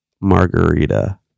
margarita